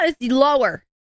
lower